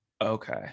Okay